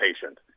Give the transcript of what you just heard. patient